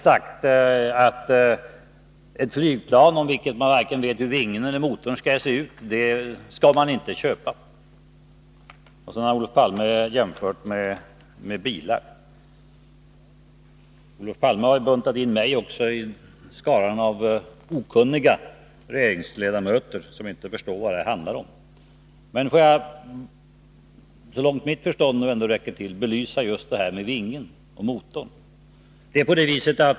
sagt att ett flygplan om vilket man inte vet hur vare sig vingen eller motorn skall se ut skall man inte köpa. Vidare har Olof Palme gjort en jämförelse med bilar. Olof Palme har buntat in mig i skaran av okunniga regeringsledamöter, som inte förstår vad det handlar om. Får jag, så långt mitt förstånd ändå räcker till, belysa detta med vingen och motorn.